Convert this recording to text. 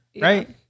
right